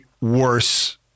worse